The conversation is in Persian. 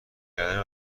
کردن